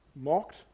mocked